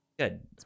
Good